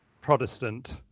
Protestant